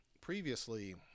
previously